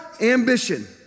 ambition